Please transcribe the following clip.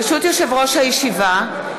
ברשות יושב-ראש הישיבה,